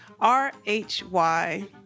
R-H-Y